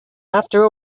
after